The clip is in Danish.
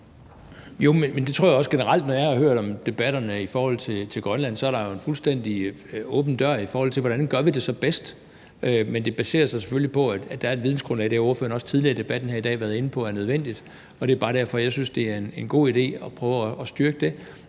(DF): Men det tror jeg også generelt. Når jeg har hørt debatterne om Grønland, er der jo en fuldstændig åben dør, i forhold til hvordan vi så gør det bedst, men det baserer sig selvfølgelig på, at der er et vidensgrundlag. Det har ordføreren også tidligere i debatten her i dag været inde på er nødvendigt. Det er bare derfor, jeg synes, at det er en god idé at prøve at styrke det,